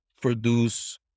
produce